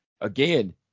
Again